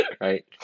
Right